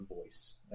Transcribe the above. voice